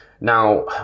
Now